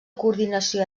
coordinació